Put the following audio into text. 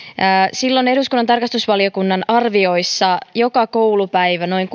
silloin eduskunnan tarkastusvaliokunnan arvioissa joka koulupäivä noin